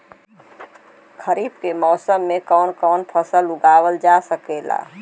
खरीफ के मौसम मे कवन कवन फसल उगावल जा सकेला?